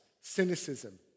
cynicism